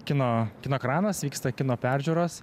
kino kino ekranas vyksta kino peržiūros